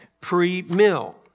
pre-mill